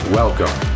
welcome